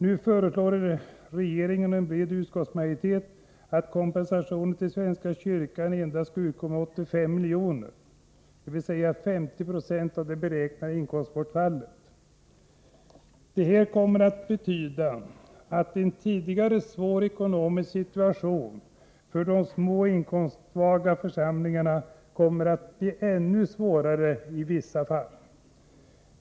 Nu föreslår regeringen och en bred utskottsmajoritet att kompensationen till svenska kyrkan endast skall utgå med 85 milj.kr., dvs. 50960 av det beräknade inkomstbortfallet. Detta kommer att betyda att en tidigare svår ekonomisk situation för de små och inkomstsvaga församlingarna kommer att bli ännu svårare i vissa fall.